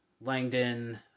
langdon